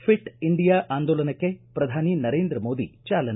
fit India ಆಂದೋಲನಕ್ಕೆ ಪ್ರಧಾನಿ ನರೇಂದ್ರ ಮೋದಿ ಚಾಲನೆ